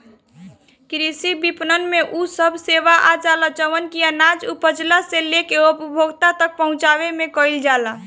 कृषि विपणन में उ सब सेवा आजाला जवन की अनाज उपजला से लेके उपभोक्ता तक पहुंचवला में कईल जाला